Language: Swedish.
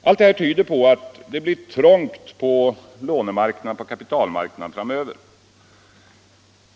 Allt detta tyder på att det blir trångt på kapitalmarknaden framöver.